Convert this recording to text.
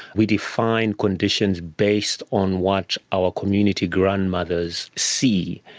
we define conditions based on what our community grandmothers see,